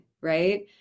right